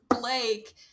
Blake